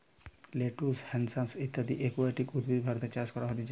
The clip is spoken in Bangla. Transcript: লেটুস, হ্যাসান্থ ইত্যদি একুয়াটিক উদ্ভিদ ভারতে চাষ করা হতিছে